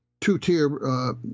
two-tier